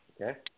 Okay